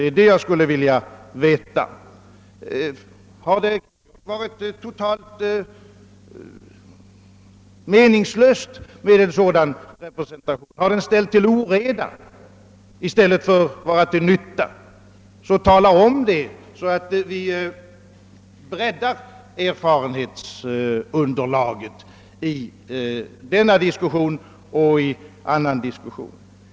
Har en sådan representation varit totalt meningslös? Har den ställt till oreda i stället för att vara till nytta? Tala i så fall om detta, så att vi därmed kan bredda vårt erfarenhetsunderlag för denna diskussion och även för andra diskussioner!